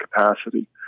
capacity